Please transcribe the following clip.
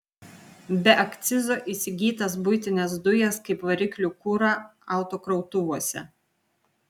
be akcizo įsigytas buitines dujas kaip variklių kurą autokrautuvuose